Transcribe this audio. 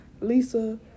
Lisa